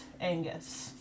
Angus